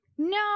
No